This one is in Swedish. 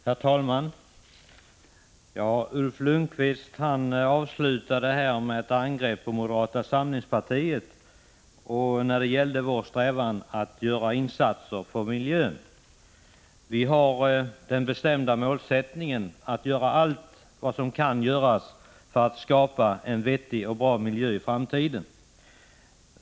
Herr talman! Ulf Lönnqvist avslutade med ett angrepp på moderata samlingspartiet när det gällde vår strävan att göra insatser för miljön. Vi har den bestämda målsättningen att göra allt vad som kan göras för att det skall bli en bra miljö i framtiden.